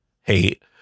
hate